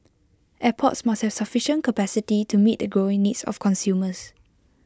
airports must have sufficient capacity to meet the growing needs of consumers